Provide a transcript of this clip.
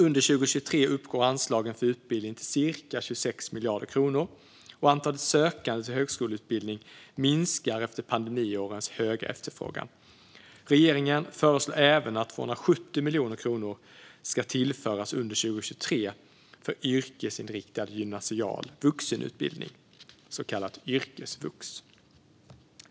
Under 2023 uppgår anslagen för utbildning till cirka 26 miljarder kronor, och antalet sökande till högskoleutbildning minskar efter pandemiårens höga efterfrågan. Regeringen föreslår även att 270 miljoner kronor ska tillföras under 2023 för yrkesinriktad gymnasial vuxenutbildning, så kallad yrkesvux.